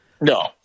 No